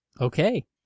Okay